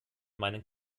meinen